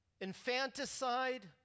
Infanticide